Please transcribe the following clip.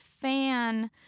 fan—